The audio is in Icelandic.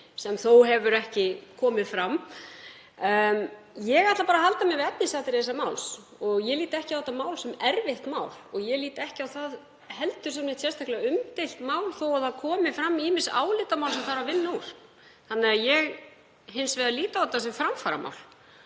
sem þó hefur ekki komið fram. Ég ætla bara að halda mig við efnisatriði þessa máls. Ég lít ekki á það sem erfitt mál og ég lít ekki á það heldur sem neitt sérstaklega umdeilt mál þó að fram komi ýmis álitamál sem þarf að vinna úr. Ég lít hins vegar á það sem framfaramál.